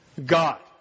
God